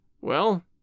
Well